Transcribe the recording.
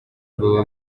baba